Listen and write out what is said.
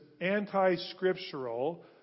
anti-scriptural